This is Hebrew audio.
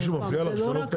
מישהו מפריע לך לשנות תקן?